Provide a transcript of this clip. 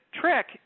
trick